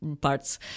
parts